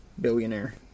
billionaire